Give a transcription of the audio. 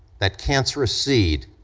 that cancerous seed,